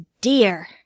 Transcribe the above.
dear